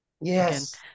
Yes